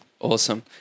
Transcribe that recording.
Awesome